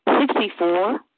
sixty-four